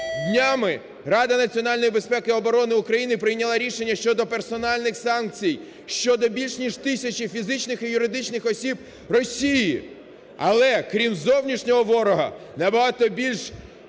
Днями Рада національної безпеки і оборони України прийняла рішення щодо персональних санкцій щодо більш, ніж тисячі фізичних і юридичних осіб Росії. Але, крім зовнішнього ворога, набагато більш…